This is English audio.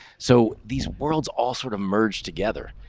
so these worlds all sort of merged together,